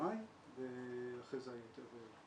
אפריל-מאי ואחרי זה היתר,